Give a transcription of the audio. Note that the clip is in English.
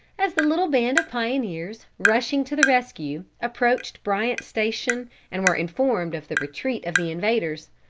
as the little band of pioneers, rushing to the rescue, approached bryant's station and were informed of the retreat of the invaders,